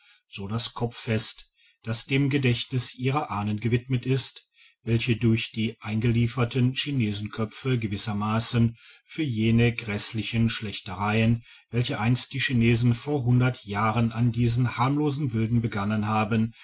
so das kopfifest das dem gedächtnis ihrer ahnen gewidmet ist welche durch die eingelieferten chinesenköpfe gewissermassen für jene grässlichen schlächtereien welche ainst die chinesen vor hundert jahren an diesen harmlosen wilden begangen haben